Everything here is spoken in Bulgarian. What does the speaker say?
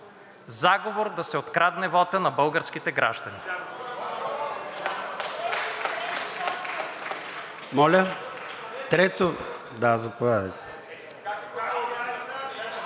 заговор да се открадне вотът на българските граждани.